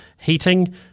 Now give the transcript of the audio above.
heating